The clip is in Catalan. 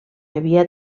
havia